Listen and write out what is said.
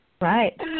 right